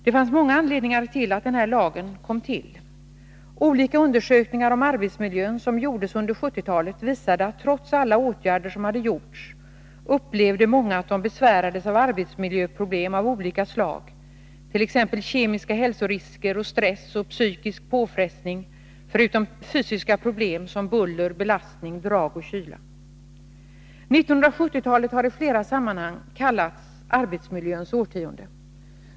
Det fanns många anledningar till att den här lagen kom till. Olika undersökningar om arbetsmiljön som gjordes under 1970-talet visade att trots alla åtgärder som vidtagits upplevde många att de besvärades av arbetsmiljöproblem av olika slag, t.ex. kemiska hälsorisker, stress och psykisk påfrestning förutom fysiska problem som buller, belastning, drag och kyla. 1970-talet har i flera sammanhang kallats arbetsmiljöns årtionde.